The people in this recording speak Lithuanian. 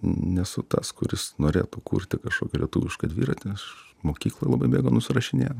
nesu tas kuris norėtų kurti kažokį lietuvišką dviratį aš mokykloje labai mėgau nusirašinėt